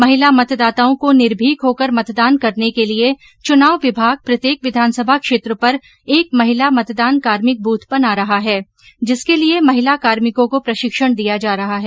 महिला मतदाताओं को निर्भिक होकर मतदान करने के लिए चुनाव विभाग प्रत्येक विधानसभा क्षेत्र पर एक महिला मतदान कार्मिक बूथ बना रहा है जिसके लिए महिला कार्मिकों को प्रशिक्षण दिया जा रहा है